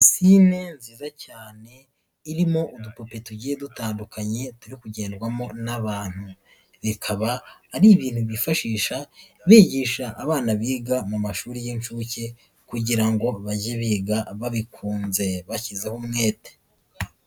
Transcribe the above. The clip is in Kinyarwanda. pisine nziza cyane irimo udupupe tugiye dutandukanye turi kugendwamo n'abantu, bikaba ari ibintu bifashisha bigisha abana biga mu mashuri y'incuke kugira ngo bajye biga babikunze bashyizeho umwete.